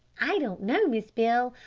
i don't know, miss beale.